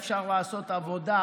אפשר לעשות עבודה,